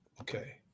Okay